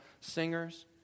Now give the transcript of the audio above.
singers